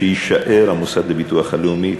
שיישאר המוסד לביטוח הלאומי.